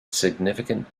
significant